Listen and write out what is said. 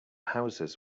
houses